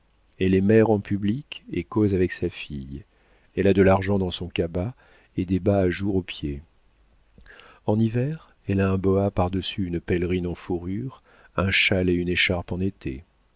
elle est mère en public et cause avec sa fille elle a de l'argent dans son cabas et des bas à jour aux pieds en hiver elle a un boa par-dessus une pèlerine en fourrure un châle et une écharpe en été